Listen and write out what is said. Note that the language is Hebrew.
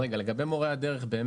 לגבי מורי הדרך אתה